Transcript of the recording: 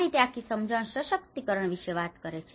આ રીતે આખી સમજણ સશક્તિકરણ વિશે વાત કરે છે